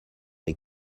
les